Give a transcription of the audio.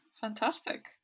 Fantastic